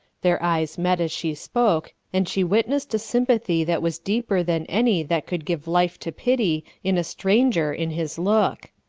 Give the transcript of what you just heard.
their eyes met as she spoke, and she witnessed a sympathy that was deeper than any that could give life to pity in a stranger in his look.